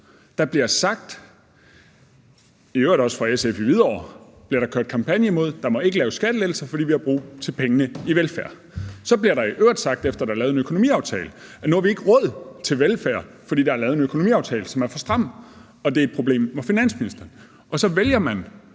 Der bliver sagt, i øvrigt også fra SF i Hvidovre, og der bliver kørt kampagner imod det, at der ikke må laves skattelettelser, fordi vi har brug for pengene i velfærden. Så bliver der i øvrigt sagt, efter der er lavet en økonomiaftale, at nu har vi ikke råd til velfærd, fordi der er lavet en økonomiaftale, som er for stram, og at det er et problem for finansministeren. Så vælger man